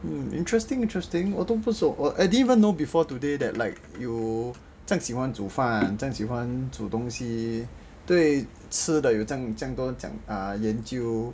hmm interesting interesting 我都不懂 I didn't know before today that you 这样喜欢煮饭煮东西对吃的有这样多研究